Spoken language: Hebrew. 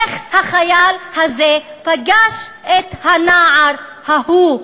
איך החייל הזה פגש את הנער ההוא?